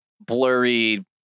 blurry